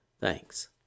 Thanks